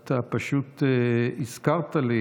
אתה פשוט הזכרת לי